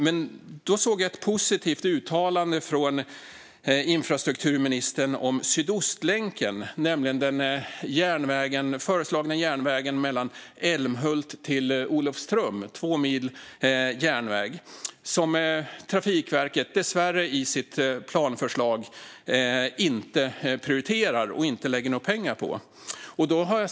Men jag såg ett positivt uttalande från infrastrukturministern om Sydostlänken, den föreslagna järnvägen på två mil mellan Älmhult och Olofström. Trafikverket prioriterar dessvärre inte den i sitt planförslag och lägger inte några pengar på den.